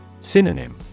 Synonym